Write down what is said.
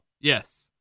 Yes